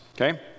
okay